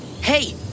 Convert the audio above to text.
Hey